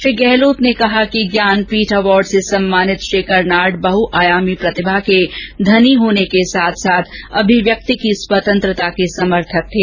श्री गहलोत ने कहा कि ज्ञानपीठ अवार्ड से सम्मानित श्री कर्नाड बहुआयामी प्रतिभा के धनी होने के साथ साथ अभिव्यक्ति की स्वतंत्रता के समर्थक थे